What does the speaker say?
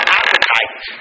appetite